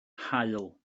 haul